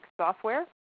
Software